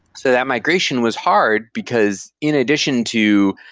so that migration was hard, because in addition to